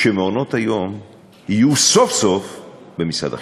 שמעונות היום יהיו סוף-סוף במשרד החינוך.